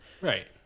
Right